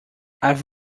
i’ve